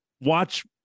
watch